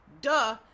duh